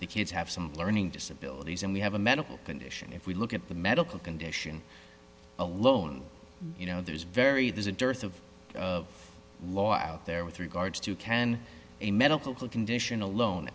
the kids have some learning disabilities and we have a medical condition if we look at the medical condition alone you know there's very there's a dearth of law out there with regards to can a medical condition alone